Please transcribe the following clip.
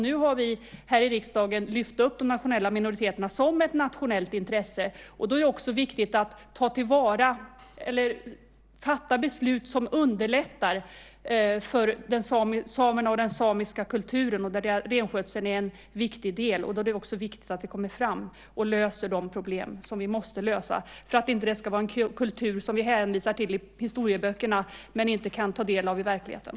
Nu har vi i riksdagen lyft upp de nationella minoriteterna som ett nationellt intresse. Då är det viktigt att också fatta beslut som underlättar för samerna och den samiska kulturen, där renskötseln är en viktig del. Det är viktigt att detta kommer fram och att vi löser de problem som måste lösas för att det inte ska vara en kultur som vi hänvisar till i historieböckerna men inte kan ta del av i verkligheten.